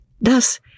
Thus